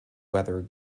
whether